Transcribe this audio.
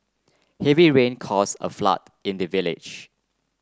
heavy rain causes a flood in the village